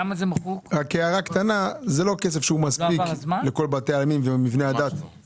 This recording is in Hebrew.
זה לא כסף שמספיק לכל בתי העלמין ומבני הדת בעדות הלא יהודיות,